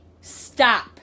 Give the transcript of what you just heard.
stop